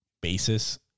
basis